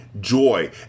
joy